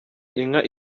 inka